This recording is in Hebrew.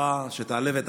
היא